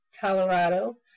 Colorado